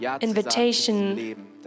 invitation